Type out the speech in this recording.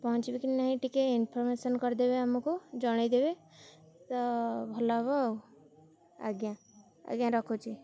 ପହଞ୍ଚିବେ କି ନାହିଁ ଟିକେ ଇନଫର୍ମେସନ କରିଦେବେ ଆମକୁ ଜଣେଇଦେବେ ତ ଭଲ ହବ ଆଉ ଆଜ୍ଞା ଆଜ୍ଞା ରଖୁଛି